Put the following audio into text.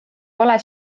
pole